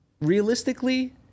realistically